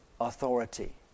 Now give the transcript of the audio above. authority